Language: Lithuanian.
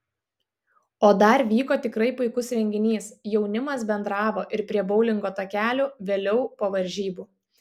o dar vyko tikrai puikus renginys jaunimas bendravo ir prie boulingo takelių vėliau po varžybų